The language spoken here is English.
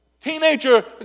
teenager